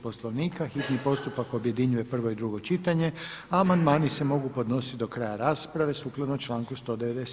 Poslovnika hitni postupak objedinjuje prvo i drugo čitanje, a amandmani se mogu podnositi do kraja rasprave sukladno članku 197.